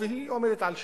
והיא עומדת על שלה,